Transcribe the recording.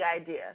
idea